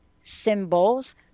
symbols